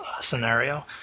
Scenario